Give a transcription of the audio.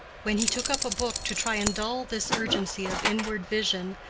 when he took up a book to try and dull this urgency of inward vision,